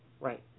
Right